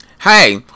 Hey